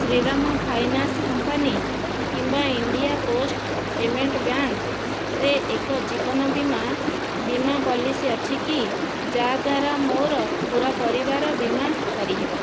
Shriram finance company କିମ୍ବା India post payment ବ୍ୟାଙ୍କ୍ରେ ଏକ ଜୀବନ ବୀମା ବୀମା ପଲିସି ଅଛିକି ଯଦ୍ଵାରା ମୋର ପୁରା ପରିବାରର ବୀମା କରିହେବ